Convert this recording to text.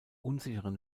unsicheren